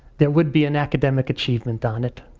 there would be an academic achievement on it.